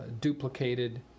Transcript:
duplicated